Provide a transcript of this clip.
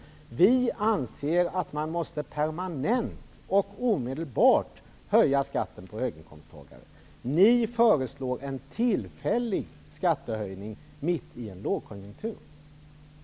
Vi anser att man permanent och omedelbart måste höja skatten för höginkomsttagare. Ni föreslår en tillfällig skattehöjning mitt i en lågkonjunktur.